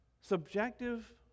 subjective